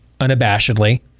unabashedly